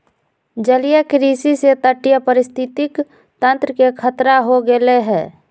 जलीय कृषि से तटीय पारिस्थितिक तंत्र के खतरा हो गैले है